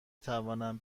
توانم